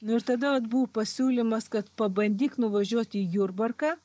nu ir tada vat buvo pasiūlymas kad pabandyk nuvažiuot į jurbarką